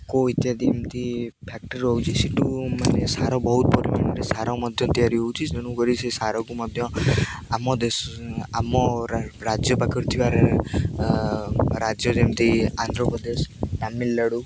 ଇଫକୋ ଇତ୍ୟାଦି ଏମିତି ଫ୍ୟାକ୍ଟ୍ରି ରହୁଛି ସେଠୁ ମାନେ ସାର ବହୁତ ପରିମାଣରେ ସାର ମଧ୍ୟ ତିଆରି ହେଉଛି ତେଣୁକରି ସେ ସାରକୁ ମଧ୍ୟ ଆମ ଦେଶ ଆମ ରାଜ୍ୟ ପାଖରେ ଥିବା ରାଜ୍ୟ ଯେମିତି ଆନ୍ଧ୍ରପ୍ରଦେଶ ତାମିଲନାଡ଼ୁ